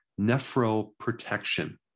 nephroprotection